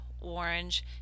orange